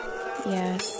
Yes